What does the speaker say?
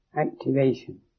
activation